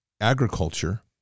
agriculture